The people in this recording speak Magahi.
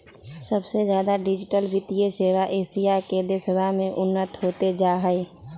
सबसे ज्यादा डिजिटल वित्तीय सेवा एशिया के देशवन में उन्नत होते हई